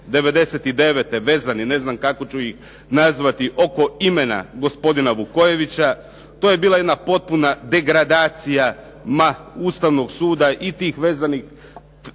'99. vezani ne znam kako ću ih nazvati, oko imena gospodina Vukojevića. To je bila jedna potpuna degradacija, ma Ustavnog suda i tih vezanih